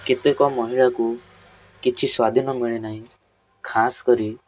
କେତେକ ମହିଳା କୁ କିଛି ସ୍ଵାଧୀନ ମିଳି ନାହିଁ ଖାସ୍ କରି